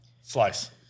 slice